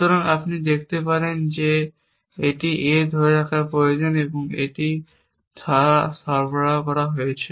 সুতরাং আপনি দেখতে পারেন যে এটি A ধরে রাখা প্রয়োজন এবং এটি দ্বারা সরবরাহ করা হয়েছে